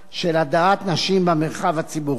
של הדרת נשים במרחב הציבורי.